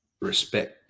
respect